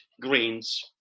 greens